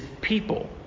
people